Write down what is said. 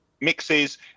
mixes